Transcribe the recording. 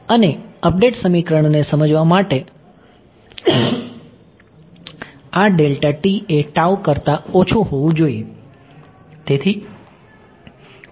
અને અપડેટ સમીકરણને સમજવા માટે આ ડેલ્ટા t એ tau કરતા ઓછું હોવું જોઈએ